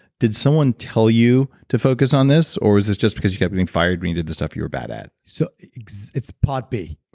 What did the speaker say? did someone tell you to focus on this or was this just because you kept being fired when you did the stuff you were bad at? so it's it's part b.